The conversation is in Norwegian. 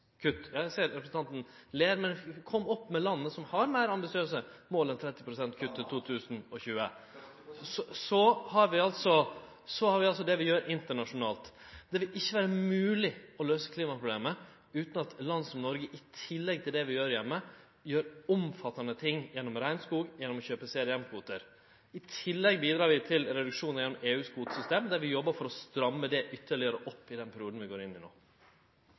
Eg ser at representanten ler, men kom opp med det landet som har meir ambisiøse mål enn 30 pst. innan 2020! Danmark – 40 pst. Så har vi altså det vi gjer internasjonalt. Det vil ikkje vere mogleg å løyse klimaproblemet utan at land som Noreg, i tillegg til det vi gjer heime, gjer omfattande ting gjennom regnskog, gjennom å kjøpe CDM-kvotar. I tillegg bidrar vi til reduksjon gjennom EUs kvotesystem, der vi jobbar for å stramme det ytterlegare opp i den perioden vi går inn i no.